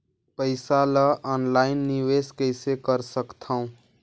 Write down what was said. पईसा ल ऑनलाइन निवेश कइसे कर सकथव?